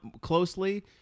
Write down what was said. closely